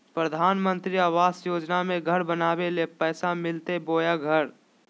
प्रधानमंत्री आवास योजना में घर बनावे ले पैसा मिलते बोया घर?